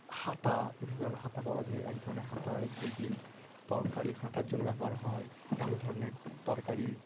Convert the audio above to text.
হাতা বিভিন্ন ধরনের হাতা পাওয়া যায় এক ধরনের হাতা হয় যেগুলি তরকারি ঘাঁটার জন্য ব্যবহার হয় অন্য ধরনের তরকারি